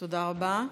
תודה רבה.